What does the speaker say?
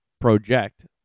project